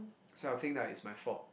so I'll think like it's my fault